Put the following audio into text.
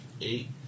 Eight